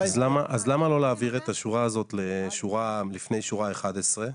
אז למה לא להעביר את השורה הזאת לשורה לפני שורה 11,